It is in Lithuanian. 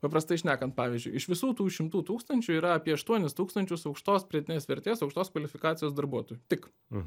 paprastai šnekant pavyzdžiui iš visų tų šimtų tūkstančių yra apie aštuonis tūkstančius aukštos pridėtinės vertės aukštos kvalifikacijos darbuotojų tik